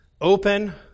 open